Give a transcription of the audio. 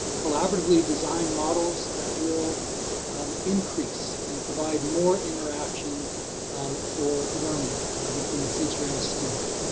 collaboratively design models that will increase and provide more interaction um for learning between teacher and student.